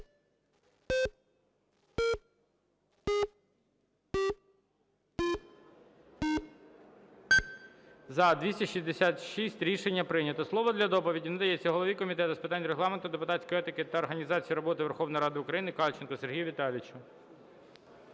За-266 Рішення прийнято. Слово для доповіді надається голові Комітету з питань Регламенту, депутатської етики та організації роботи Верховної Ради України Кальченку Сергію Віталійовичу.